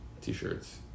T-shirts